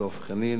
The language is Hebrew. דב חנין,